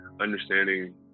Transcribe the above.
understanding